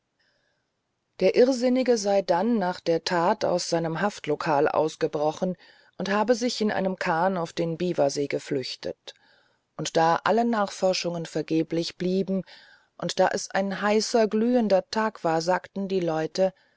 der irrsinnige sei dann nach der tat aus seinem haftlokal ausgebrochen und habe sich in einem kahn auf den biwasee geflüchtet und da alle nachforschungen vergeblich blieben und da es ein heißer glühender tag war sagten die leute